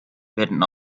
werden